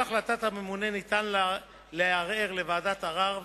על החלטת הממונה ניתן לערער לוועדת ערר,